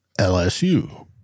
LSU